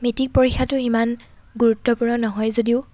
matric পৰীক্ষাটো ইমান গুৰুত্বপূৰ্ণ নহয় যদিও